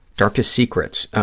darkest secrets.